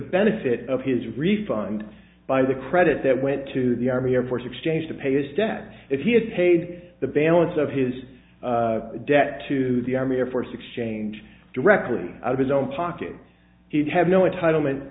benefit of his refund by the credit that went to the army air force exchange to pay his debt if he had paid the balance of his debt to the army air force exchange directly out of his own pocket he'd have no a title meant